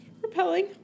repelling